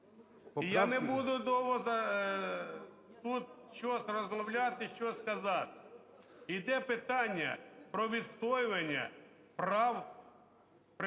я не буду довго тут щось розмовляти, щось казати. Іде питання про відстоювання прав